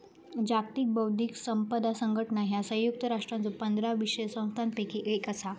जागतिक बौद्धिक संपदा संघटना ह्या संयुक्त राष्ट्रांच्यो पंधरा विशेष संस्थांपैकी एक असा